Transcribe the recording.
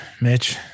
Mitch